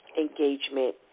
engagement